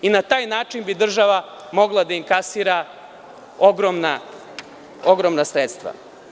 Na taj način bi država mogla da inkasira ogromna sredstva.